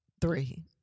Three